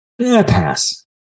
Pass